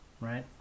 right